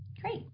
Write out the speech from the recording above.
Great